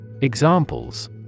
Examples